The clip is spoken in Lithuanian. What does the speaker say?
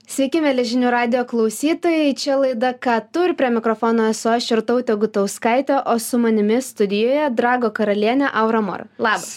sveiki mieli žinių radijo klausytojai čia laida ką tu ir prie mikrofono esu aš irtautė gutauskaitė o su manimi studijoje drago karalienė aura mor labas